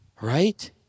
right